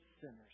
sinners